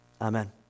Amen